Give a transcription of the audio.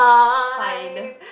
Pine